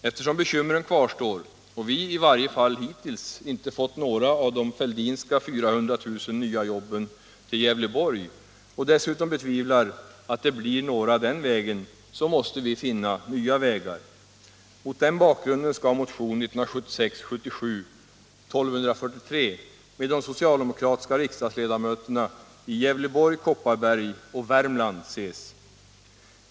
Eftersom bekymren kvarstår och vi i varje fall hittills inte fått några av de Fälldinska 400 000 nya jobben till Gävleborg och dessutom betvivlar att det blir några den vägen, så måste vi finna nya vägar. Mot den bakgrunden skall motion 1976/77:1243 med de socialdemokratiska riksdagsledamöterna i Gävleborg, Kopparberg och Värmland ses.